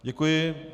Děkuji.